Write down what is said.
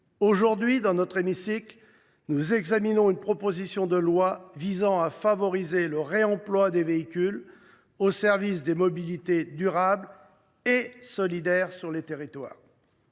Aujourd’hui, dans notre hémicycle, nous examinons justement une proposition de loi visant à favoriser le réemploi des véhicules, au service des mobilités durables et solidaires sur les territoires.